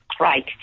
right